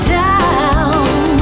down